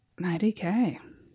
90k